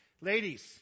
Ladies